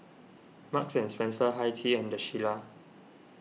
Marks and Spencer Hi Tea and the Shilla